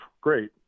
great